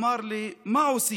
/ אמר לי: מה עושים?